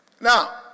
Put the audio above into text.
Now